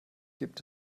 gibt